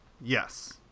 Yes